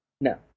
No